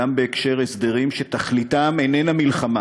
גם בהקשר של הסדרים שתכליתם איננה מלחמה.